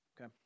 Okay